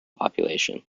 population